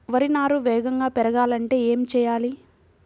వరి నారు వేగంగా పెరగాలంటే ఏమి చెయ్యాలి?